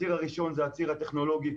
הציר הראשון זה הציר הטכנולוגי,